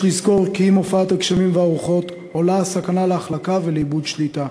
יש לזכור כי עם הופעת הגשמים והרוחות עולה הסכנה של החלקה ואיבוד שליטה.